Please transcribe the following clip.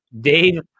Dave